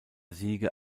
siege